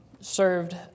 served